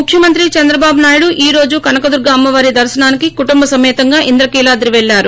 ముఖ్యమంత్రి చంద్రబాబు నాయుడు ఈ రోజు కనకదుర్గ అమ్మవారి దర్రనానికి కుటుంబ సమేతంగా ఇంద్రకీలాద్రికి పెల్లారు